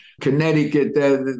Connecticut